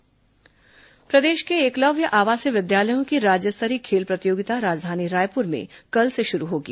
एकलव्य खेल प्रतियोगिता प्रदेश के एकलव्य आवासीय विद्यालयों की राज्य स्तरीय खेल प्रतियोगिता राजधानी रायपुर में कल से शुरू होगी